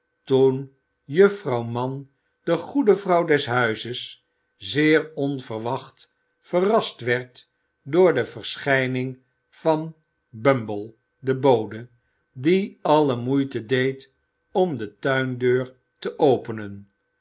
toen juffrouw mann de goede vrouw des huizes zeer onverwacht verrast werd door de verschijning van bumble den bode die alle moeite deed om de tuindeur te openen